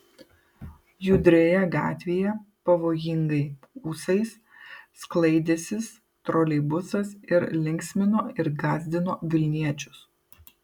judrioje gatvėje pavojingai ūsais sklaidęsis troleibusas ir linksmino ir gąsdino vilniečius